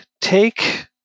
take